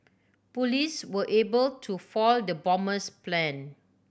police were able to foil the bomber's plan